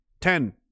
ten